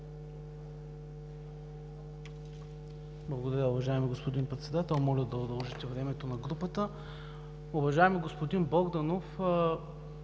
Благодаря, уважаеми господин Председател. Моля да удължите времето на групата. Уважаеми, господин Богданов,